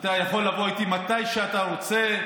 יכול לבוא איתי מתי שאתה רוצה.